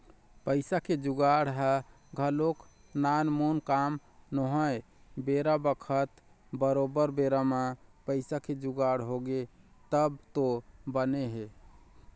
पइसा के जुगाड़ ह घलोक नानमुन काम नोहय बेरा बखत बरोबर बेरा म पइसा के जुगाड़ होगे तब तो बने हे